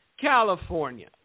California